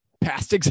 past